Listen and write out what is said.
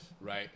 Right